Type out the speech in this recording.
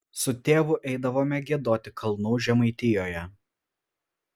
su tėvu eidavome giedoti kalnų žemaitijoje